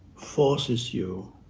forces you